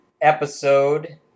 episode